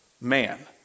man